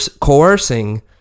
coercing